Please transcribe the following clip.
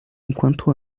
enquanto